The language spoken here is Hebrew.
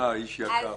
איש יקר.